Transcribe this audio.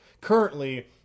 currently